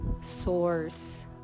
source